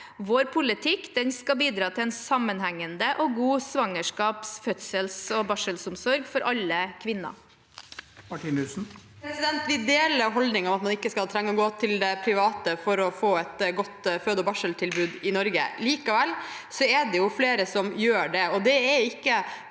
Vår politikk skal bidra til en sammenhengende og god svangerskaps-, fødsels- og barselomsorg for alle kvinner. Marie Sneve Martinussen (R) Vi deler holdningen om at man ikke skal trenge å gå til det private for å få et godt føde- og barseltilbud i Norge. Likevel er det flere som gjør det, og det er ikke